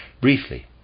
Briefly